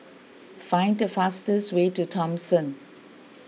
find the fastest way to Thomson